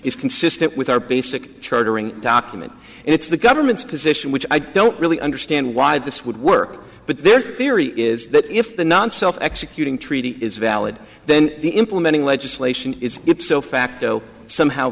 is consistent with our basic chartering document it's the government's position which i don't really understand why this would work but their theory is that if the non self executing treaty is valid then the implementing legislation is ipso facto somehow